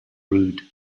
rude